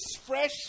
fresh